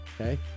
Okay